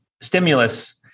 stimulus